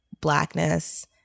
blackness